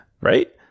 right